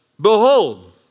Behold